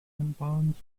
bonds